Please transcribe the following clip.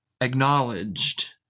acknowledged